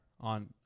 on